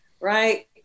right